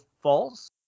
false